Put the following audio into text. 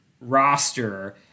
roster